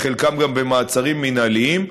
חלקם גם במעצרים מינהליים.